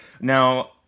Now